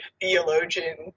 theologian